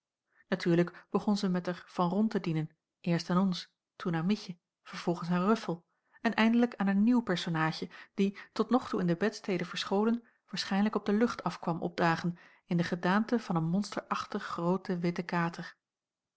natuurlijk begon zij met er van rond te dienen eerst aan ons toen aan mietje vervolgens aan ruffel en eindelijk aan een nieuw personaadje die tot nog toe in de bedstede verscholen waarschijnlijk op de lucht af kwam opdagen in de gedaante van een monsterachtig grooten witten kater